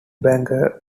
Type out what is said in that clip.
banner